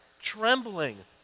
trembling